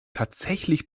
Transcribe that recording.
tatsächlich